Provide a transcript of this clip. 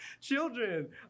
children